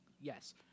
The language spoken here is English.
yes